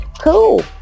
cool